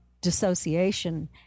dissociation